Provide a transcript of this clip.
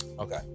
Okay